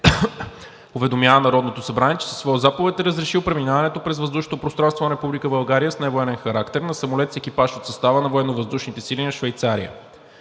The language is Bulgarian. уведомява Народното събрание, че със своя заповед е разрешил преминаването през въздушното пространство на Република България с невоенен характер на самолет с екипаж от състава на военновъздушните